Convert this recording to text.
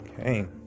Okay